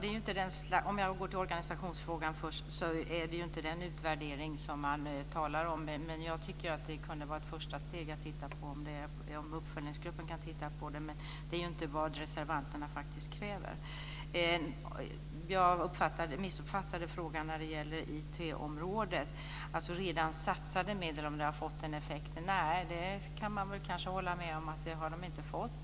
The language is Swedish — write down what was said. Fru talman! Vad gäller organisationsfrågan så är det inte den utvärderingen man talar om. Jag tycker att det kunde vara ett första steg om uppföljningsgruppen kunde titta på detta, men det är inte vad reservanterna faktiskt kräver. Jag missuppfattade frågan om IT-området och ifall redan satsade medel har fått effekt. Nej, det kan man väl hålla med om att de inte har.